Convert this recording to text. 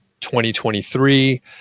2023